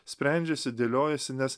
sprendžiasi dėliojasi nes